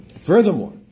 Furthermore